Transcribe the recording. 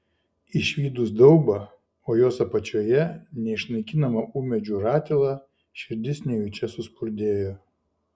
išvydus daubą o jos apačioje neišnaikinamą ūmėdžių ratilą širdis nejučia suspurdėjo